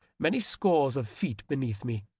many scores of feet beneath me.